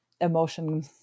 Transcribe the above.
emotion